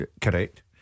Correct